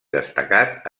destacat